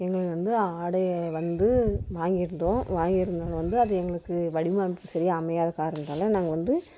எங்களுக்கு வந்து ஆடையை வந்து வாங்கியிருந்தோம் வாங்கியிருந்தது வந்து அது எங்களுக்கு வடிவமைப்பு சரியா அமையாத காரணத்தினால நாங்கள் வந்து